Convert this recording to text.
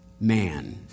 Man